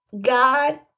God